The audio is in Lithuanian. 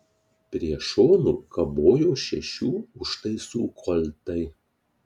prie šonų kabojo šešių užtaisų koltai